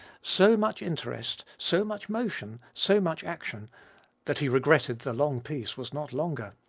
so much interest, so much motion, so much action that he regretted the long piece was not longer.